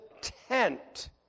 tent